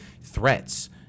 threats –